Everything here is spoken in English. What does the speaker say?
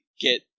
get